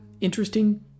interesting